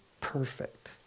perfect